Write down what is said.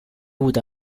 avuta